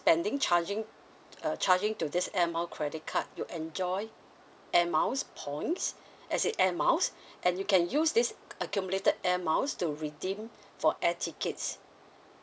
spending charging uh charging to this air mile credit card you enjoy air miles points as it air miles and you can use this accumulated air miles to redeem for air tickets